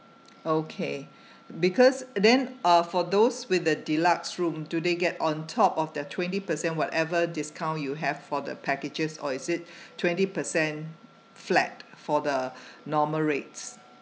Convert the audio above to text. okay because then uh for those with a deluxe room do they get on top of their twenty percent whatever discount you have for the packages or is it twenty percent flat for the normal rates